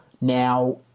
now